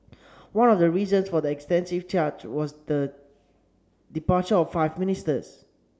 one of the reasons for the extensive change was the departure of five ministers